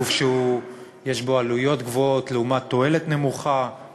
גוף שיש בו עלויות גבוהות לעומת תועלת נמוכה,